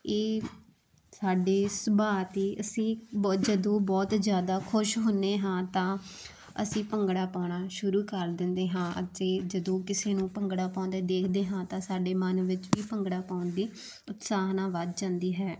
ਇਹ ਸਾਡੇ ਸੁਭਾਅ ਦੀ ਅਸੀਂ ਬਹੁਤ ਜਦੋਂ ਬਹੁਤ ਜ਼ਿਆਦਾ ਖੁਸ਼ ਹੁੰਦੇ ਹਾਂ ਤਾਂ ਅਸੀਂ ਭੰਗੜਾ ਪਾਉਣਾ ਸ਼ੁਰੂ ਕਰ ਦਿੰਦੇ ਹਾਂ ਅਤੇ ਜਦੋਂ ਕਿਸੇ ਨੂੰ ਭੰਗੜਾ ਪਾਉਂਦੇ ਦੇਖਦੇ ਹਾਂ ਤਾਂ ਸਾਡੇ ਮਨ ਵਿੱਚ ਵੀ ਭੰਗੜਾ ਪਾਉਣ ਦੀ ਉਤਸਾਹਨਾ ਵੱਧ ਜਾਂਦੀ ਹੈ